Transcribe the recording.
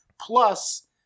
plus